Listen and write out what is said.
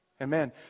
Amen